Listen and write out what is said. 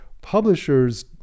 publishers